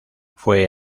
fue